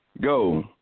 go